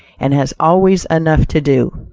and has always enough to do.